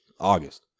August